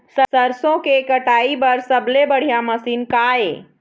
सरसों के कटाई बर सबले बढ़िया मशीन का ये?